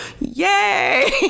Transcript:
yay